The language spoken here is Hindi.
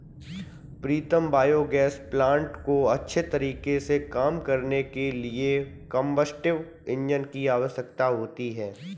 प्रीतम बायोगैस प्लांट को अच्छे तरीके से काम करने के लिए कंबस्टिव इंजन की आवश्यकता होती है